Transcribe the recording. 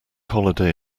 holiday